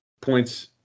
points